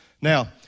Now